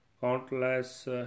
countless